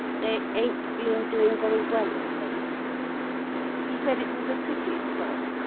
they ain't been doing very well of late he said it was a pretty spot,